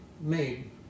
made